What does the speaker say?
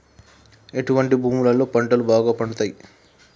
ఎటువంటి భూములలో పంటలు బాగా పండుతయ్?